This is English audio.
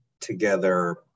together